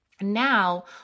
Now